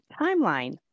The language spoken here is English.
timeline